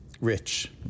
rich